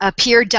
peer